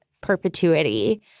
perpetuity